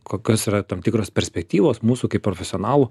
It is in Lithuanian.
kokios yra tam tikros perspektyvos mūsų kaip profesionalų